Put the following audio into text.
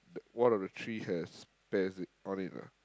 one of the tree has pears in on it lah